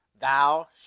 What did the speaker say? thou